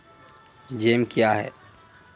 Jam क्या हैं?